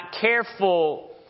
careful